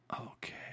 Okay